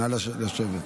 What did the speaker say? נא לשבת.